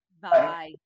bye